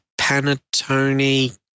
panettone